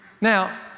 Now